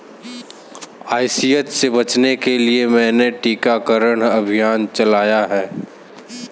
ICH से बचने के लिए मैंने टीकाकरण अभियान चलाया है